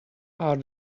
are